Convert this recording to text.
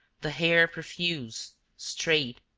the hair profuse, straight,